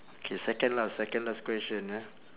K second last second last question ah